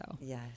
Yes